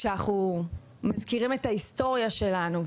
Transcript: כאשר אנחנו מזכירים את ההיסטוריה שלנו,